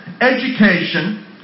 education